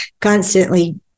constantly